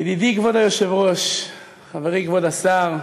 ידידי כבוד היושב-ראש, חברי כבוד השר,